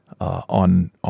on